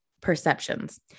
perceptions